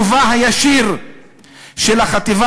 על המדינה להפסיק את תקצובה הישיר של החטיבה